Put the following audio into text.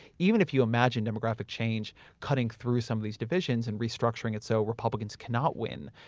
even if you imagine demographic change cutting through some of these divisions and restructuring it so republicans cannot win,